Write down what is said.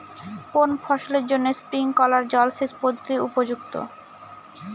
কোন ফসলের জন্য স্প্রিংকলার জলসেচ পদ্ধতি উপযুক্ত?